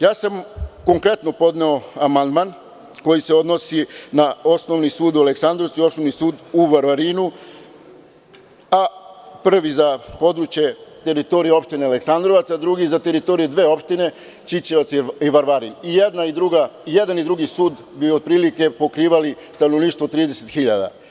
Ja sam konkretno podneo amandman koji se odnosi na Osnovni sud u Aleksandrovcu i Osnovi sud u Varvarinu, prvi za područje teritorije opštine Aleksandrovac, a drugi za teritoriju dve opštine Ćićevac i Varvarin, i jedan i drugi sud bi otprilike pokrivali stanovništvo 30.000.